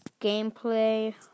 gameplay